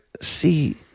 see